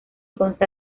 consta